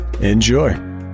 enjoy